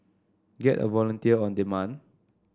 get a volunteer on demand